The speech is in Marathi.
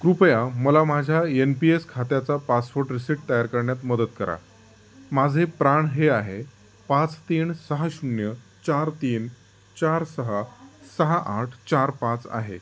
कृपया मला माझ्या यन पी एस खात्याचा पासवर्ड रिसिट तयार करण्यात मदत करा माझे प्राण हे आहे पाच तीन सहा शून्य चार तीन चार सहा सहा आठ चार पाच आहे